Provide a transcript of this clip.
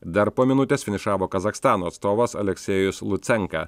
dar po minutės finišavo kazachstano atstovas aleksėjus lucenka